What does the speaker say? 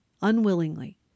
unwillingly